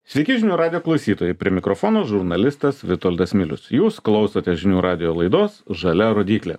sveiki žinių radijo klausytojai prie mikrofono žurnalistas vitoldas milius jūs klausote žinių radijo laidos žalia rodyklė